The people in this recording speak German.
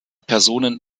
personen